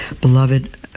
Beloved